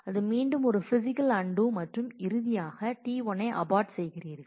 அது மீண்டும் ஒரு பிசிக்கல் அன்டூ மற்றும் இறுதியாக T1 னை அபார்ட் செய்கிறீர்கள்